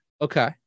Okay